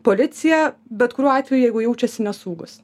policiją bet kuriuo atveju jeigu jaučiasi nesaugus